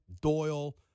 Doyle